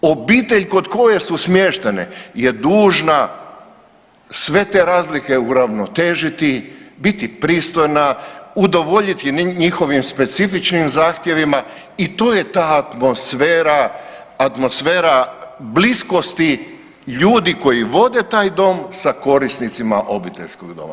Obitelj kod koje su smještene je dužna sve te razlike uravnotežiti, biti pristojna, udovoljiti njihovim specifičnim zahtjevima i to je ta atmosfera, atmosfera bliskosti ljudi koji vode taj dom sa korisnicima obiteljskog doma.